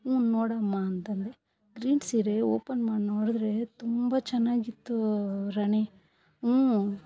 ಹ್ಞೂ ನೋಡಮ್ಮ ಅಂತಂದೆ ಗ್ರೀನ್ ಸೀರೆ ಓಪನ್ ಮಾಡಿ ನೋಡಿದರೆ ತುಂಬ ಚೆನ್ನಾಗಿತ್ತು ರಾಣಿ ಹ್ಞೂ